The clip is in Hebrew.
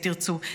אם תרצו,